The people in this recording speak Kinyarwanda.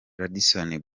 radisson